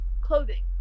clothing